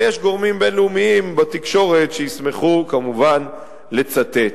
ויש גורמים בין-לאומיים בתקשורת שישמחו כמובן לצטט.